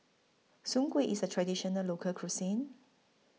Soon Kway IS A Traditional Local Cuisine